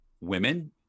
women